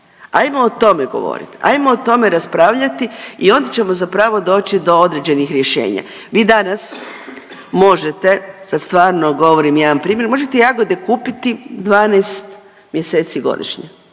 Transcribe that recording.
Ajmo o tome govoriti, ajmo o tome raspravljati i onda ćemo zapravo doći do određenih rješenja. Vi danas možete, sad stvarno govorim jedan primjer, možete jagode kupiti 12 mjeseci godišnje.